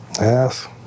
Yes